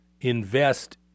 invest